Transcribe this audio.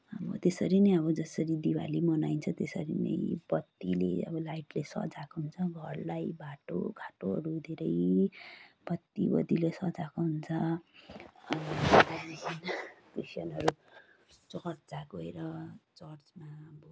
अब त्यसरी नै अब जसरी दिवाली मनाइन्छ त्यसरी नै बत्तीले अब लाइटले सजाएको हुन्छ घरलाई बाटोघाटोहरू धेरै बत्ती बत्तीले सजाएको हुन्छ अनि त्यहाँदेखि चर्च गएर चर्चमा अब